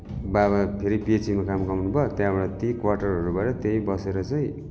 बाबा फेरि पिएचीमा काम पाउनुभयो त्यहाँबाट त्यहीँ क्वाटरहरूबाट त्यहीँ बसेर चाहिँ